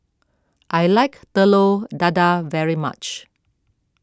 I like Telur Dadah very much